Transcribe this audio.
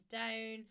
down